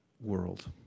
world